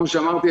כפי שאמרתי,